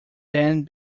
than